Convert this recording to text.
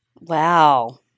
Wow